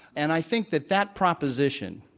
and i think that, that proposition,